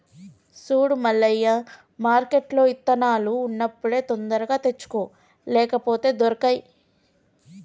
సూడు మల్లయ్య మార్కెట్ల ఇత్తనాలు ఉన్నప్పుడే తొందరగా తెచ్చుకో లేపోతే దొరకై